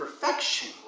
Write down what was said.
perfection